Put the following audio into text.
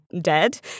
dead